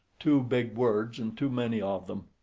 too big words and too many of them.